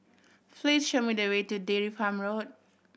please show me the way to Dairy Farm Road